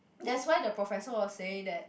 that's why the professor will say that